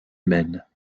humaine